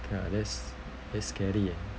ya that's that's scary uh